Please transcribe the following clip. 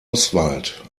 oswald